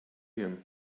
him